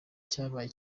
cyabaye